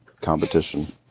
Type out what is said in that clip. competition